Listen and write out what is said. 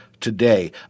today